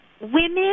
Women